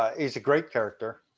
he's a great character.